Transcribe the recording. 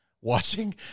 watching